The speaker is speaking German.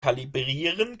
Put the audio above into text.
kalibrieren